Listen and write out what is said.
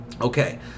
okay